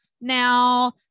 Now